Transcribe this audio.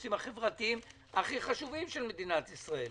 והנושאים החברתיים הכי חשובים של מדינת ישראל.